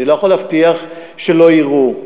אני לא יכול להבטיח שלא יירו.